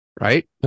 Right